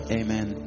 amen